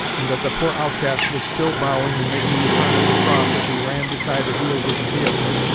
and that the poor outcast was still bowing and making the sign of the cross as he ran beside the wheels of the vehicle,